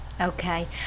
Okay